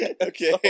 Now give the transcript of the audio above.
Okay